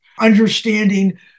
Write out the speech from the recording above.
Understanding